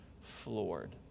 floored